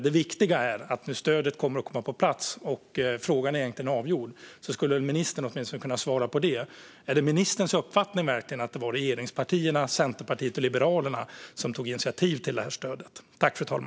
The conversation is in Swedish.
Det viktiga är att stödet nu kommer att komma på plats. Frågan är egentligen avgjord. Men skulle ministern åtminstone kunna svara på min fråga? Är det verkligen ministerns uppfattning att det var regeringspartierna, Centerpartiet och Liberalerna som tog initiativ till detta stöd?